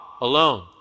alone